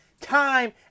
time